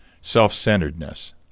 Self-centeredness